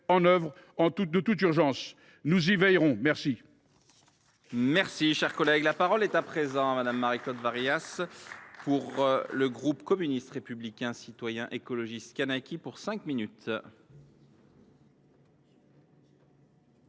en œuvre de toute urgence. Nous y veillerons !